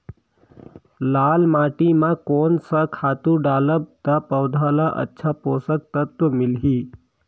लाल माटी मां कोन सा खातु डालब ता पौध ला अच्छा पोषक तत्व मिलही?